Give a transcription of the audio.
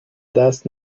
دست